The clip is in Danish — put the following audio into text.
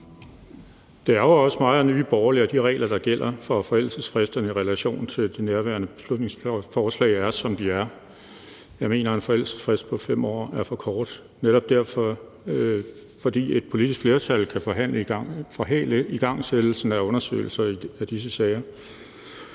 Det ærgrer os meget i Nye Borgerlige, at de regler, der gælder for forældelsesfristen i relation til nærværende beslutningsforslag, er, som de er. Jeg mener, at en forældelsesfrist på 5 år er for kort, fordi et politisk flertal kan forhale igangsættelsen af undersøgelser af disse sager.